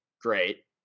Great